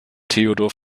theodor